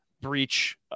breach